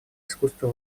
искусство